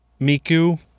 Miku